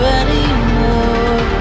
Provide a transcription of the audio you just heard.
anymore